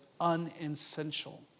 unessential